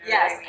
Yes